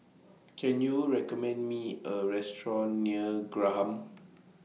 Can YOU recommend Me A Restaurant near Graham